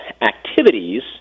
activities